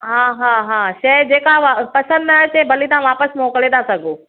हा हा हा शइ जेका पसंदि न अचे भले तव्हां वापसि मोकिले था सघो